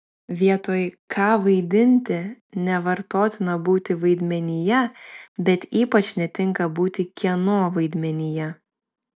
vietoj ką vaidinti nevartotina būti vaidmenyje bet ypač netinka būti kieno vaidmenyje